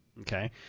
Okay